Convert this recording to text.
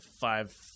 five